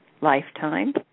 lifetime